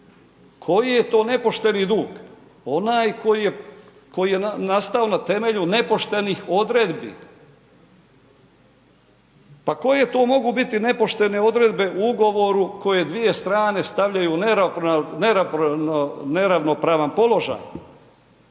Koji je to nepošteni dug? Onaj koji je nastao na temelju nepoštenih odredbi. Pa koje to mogu biti nepoštene odredbe u ugovoru koje dvije strane stavljaju u neravnopravan položaj?